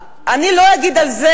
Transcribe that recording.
אני לא אגיד על זה,